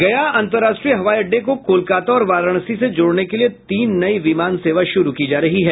गया अंतरराष्ट्रीय हवाई अड्डे को कोलकाता और वाराणसी से जोड़ने के लिये तीन नयी विमान सेवा शुरू की जा रही है